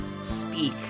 speak